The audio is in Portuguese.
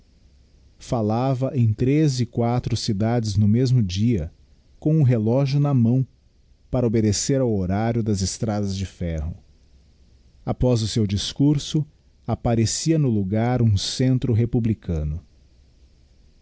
fallava em três e quatro cidades no mesmo dia com o relógio na mão para obedecer ao horário das estradas de ferro após o seu discurso apparecia no logar um centro republicano